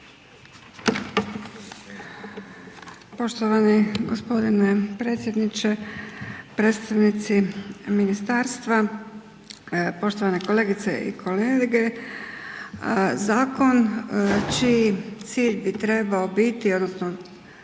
Poštovani gospodine predsjedniče, predstavnici ministarstva, poštovane kolegice i kolege zakon čiji cilj bi trebao biti odnosno